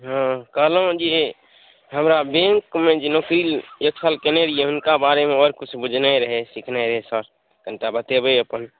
हँ कहलहुँ कि हमरा बैंकमे जे नौकरी एक साल केने रहिए हुनका बारेमे हमरा किछु बुझनै रहै सिखने रहै सर तनिटा बतेबै अपन